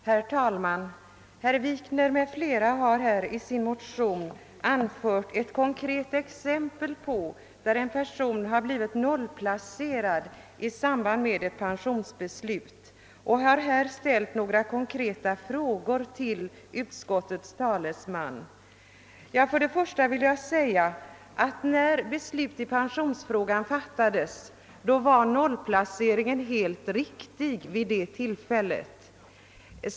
Herr talman! Herr Wikner m.fl. har i sin motion anfört ett konkret exempel på att en person blivit noliplacerad i samband med ett pensionsbeslut, och herr Wikner har nu ställt några frågor till utskottets talesman. Först vill jag framhålla att vid det tillfälle då beslut i pensionsfrågan fattades var nollplaceringen helt riktig.